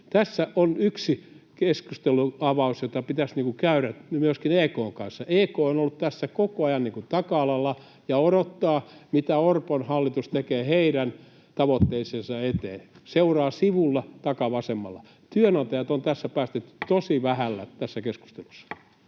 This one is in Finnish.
Tässä on yksi keskustelunavaus, jota pitäisi käydä myöskin EK:n kanssa. EK on ollut tässä koko ajan taka-alalla ja odottaa, mitä Orpon hallitus tekee heidän tavoitteidensa eteen, seuraa sivulla, takavasemmalla. Työnantajat on tässä keskustelussa